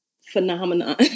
phenomenon